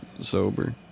sober